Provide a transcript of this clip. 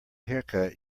haircut